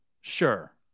Sure